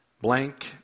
blank